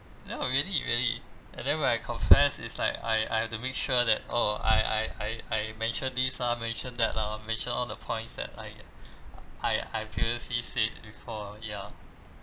no really really and then when I confess it's like I I have to make sure that oh I I I I mention this lah mention that lah mention all the points that I I I previously said before ya